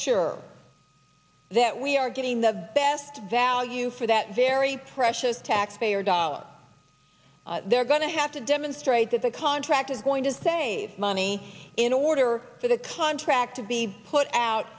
sure that we are getting the best value for that very precious taxpayer dollars they're going to have to demonstrate that the contract is going to save money in order for the contract to be put out